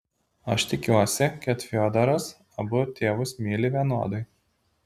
aš tikiuosi kad fiodoras abu tėvus myli vienodai